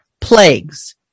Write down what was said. plagues